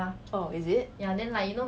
oh is it